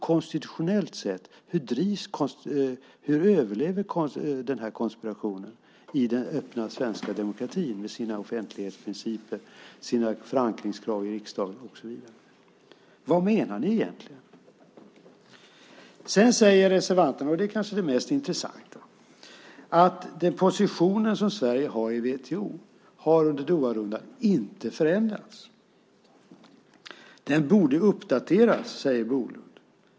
Konstitutionellt sett, hur överlever den här konspirationen i den öppna svenska demokratin med sin offentlighetsprincip, sina förankringskrav i riksdagen och så vidare? Vad menar ni egentligen? Sedan säger reservanten, och det kanske är det mest intressanta, att den position som Sverige har i WTO inte har förändrats under Doharundan. Den borde uppdateras, säger Bolund.